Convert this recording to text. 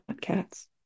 cats